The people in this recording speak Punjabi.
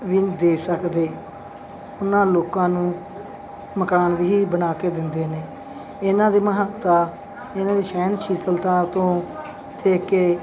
ਵੀ ਦੇ ਸਕਦੇ ਉਹਨਾਂ ਲੋਕਾਂ ਨੂੰ ਮਕਾਨ ਵੀ ਬਣਾ ਕੇ ਦਿੰਦੇ ਨੇ ਇਹਨਾਂ ਦੀ ਮਹੱਤਤਾ ਇਹਨਾਂ ਦੀ ਸਹਿਣਸ਼ੀਲਤਾ ਤੋਂ ਦੇਖ ਕੇ